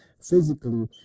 physically